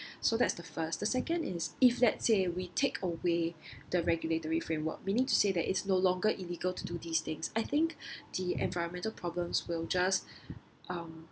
so that's the first the second is if let's say we take away the regulatory framework we need to say that it's no longer illegal to do these things I think the environmental problems will just um